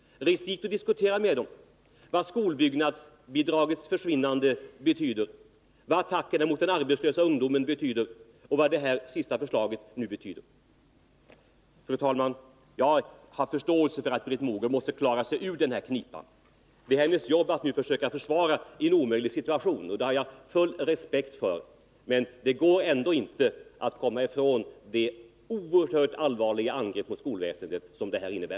Res dit och diskutera med vederbörande och ta reda på vad skolbyggnadsbidragets försvinnande, attackerna mot den arbetslösa ungdomen och det sista förslaget betyder. Fru talman! Jag har förståelse för att Britt Mogård måste försöka klara sig ur den här knipan. Det är hennes jobb att försöka försvara en omöjlig situation. Jag har full respekt för detta, men det går ändå inte att komma ifrån det oerhört allvarliga angrepp på skolväsendet som det här innebär.